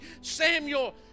Samuel